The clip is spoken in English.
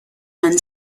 man